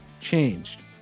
changed